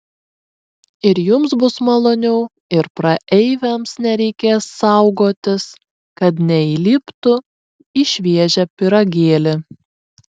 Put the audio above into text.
ir jums bus maloniau ir praeiviams nereikės saugotis kad neįliptų į šviežią pyragėlį